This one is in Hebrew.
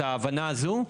את ההבנה הזאת.